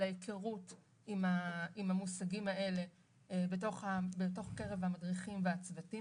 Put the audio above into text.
על ההיכרות עם המושגים האלה בקרב המדריכים והצוותים